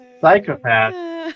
psychopath